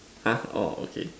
!huh! oh okay